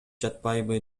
жатпайбы